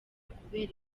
kubera